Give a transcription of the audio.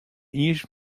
iens